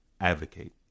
Advocate